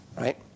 Right